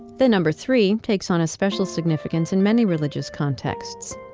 the number three takes on a special significance in many religious contexts,